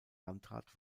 landrat